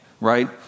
Right